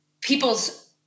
people's